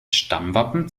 stammwappen